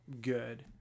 good